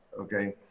Okay